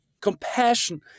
Compassion